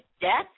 death